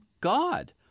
God